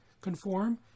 conform